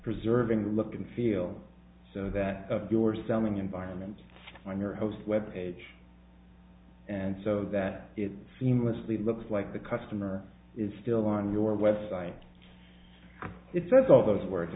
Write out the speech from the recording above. preserving look and feel so that you are selling environments on your host web page and so that it seamlessly looks like the customer is still on your website it says all those words